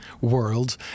world